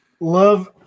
Love